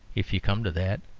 if you come to that.